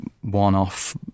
one-off